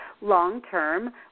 long-term